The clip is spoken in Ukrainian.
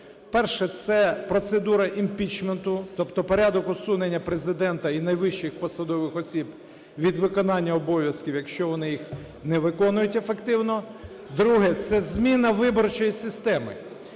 Перше. Це процедура імпічменту, тобто порядок усунення Президента і найвищих посадових осіб від виконання обов'язків, якщо вони їх не виконують ефективно. Друге. Це зміна виборчої системи.